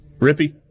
Rippy